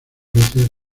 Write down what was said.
luces